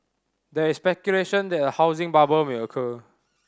there is speculation that a housing bubble may occur